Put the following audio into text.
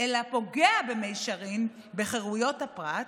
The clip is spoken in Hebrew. אלא פוגע במישרין בחירויות הפרט,